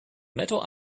metal